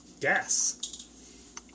gas